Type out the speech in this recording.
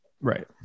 right